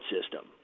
system